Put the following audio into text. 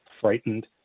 frightened